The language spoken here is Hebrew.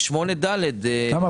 סעיף 8(ד) למה?